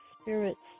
spirits